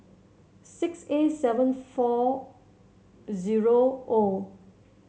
six A seven four zero O